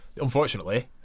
unfortunately